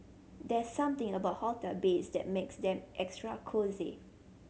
there's something about hotel beds that makes them extra cosy